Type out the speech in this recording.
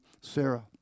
Sarah